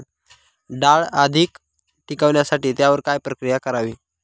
डाळ अधिक टिकवण्यासाठी त्यावर काय प्रक्रिया करावी?